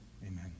Amen